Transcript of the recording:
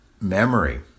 memory